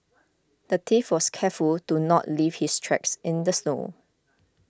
the thief was careful to not leave his tracks in the snow